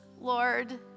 Lord